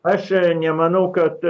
aš nemanau kad